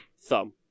Thumb